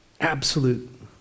absolute